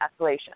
escalation